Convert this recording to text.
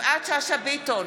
יפעת שאשא ביטון,